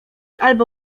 albo